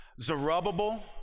Zerubbabel